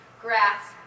grass